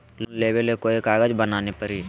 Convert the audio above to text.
Loan लेबे ले कोई कागज बनाने परी?